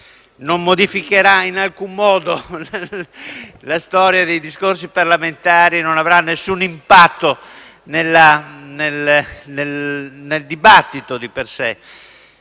non modificherà in alcun modo la storia dei discorsi parlamentari e non avrà di per sé impatto nel dibattito. Credo